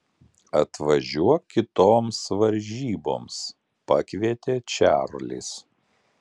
atvažiuok kitoms varžyboms pakvietė čarlis